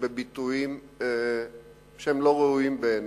בביטויים שאינם ראויים בעיני,